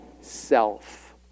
self